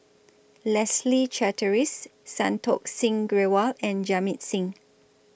Leslie Charteris Santokh Singh Grewal and Jamit Singh